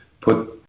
put –